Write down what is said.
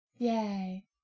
Yay